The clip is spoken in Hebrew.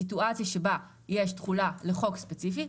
למצב שבו יש תחולה לחוק ספציפי,